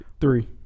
Three